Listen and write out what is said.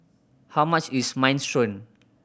how much is Minestrone